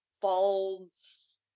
falls